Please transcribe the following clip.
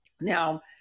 Now